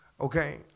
Okay